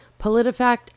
PolitiFact